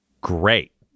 Great